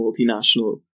multinational